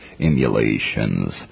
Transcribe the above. emulations